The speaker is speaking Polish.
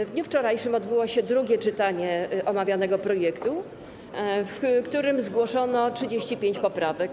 W dniu wczorajszym odbyło się drugie czytanie omawianego projektu, w którym zgłoszono do niego 35 poprawek.